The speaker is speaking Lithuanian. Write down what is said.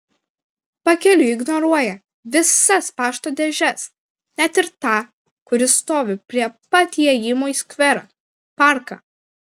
pakeliui ignoruoja visas pašto dėžes net ir tą kuri stovi prie pat įėjimo į skverą parką